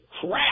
crap